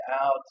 out